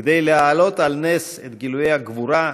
כדי להעלות על נס את גילויי הגבורה,